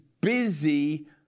busy